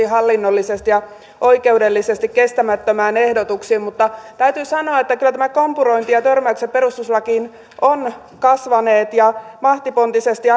hallinnollisesti ja oikeudellisesti kestämättömään ehdotukseen mutta täytyy sanoa että kyllä tämä kompurointi ja ja törmäykset perustuslakiin ovat kasvaneet ja mahtipontisesti